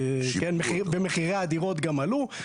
ומחירי הדירות גם עלו,